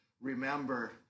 remember